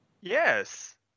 Yes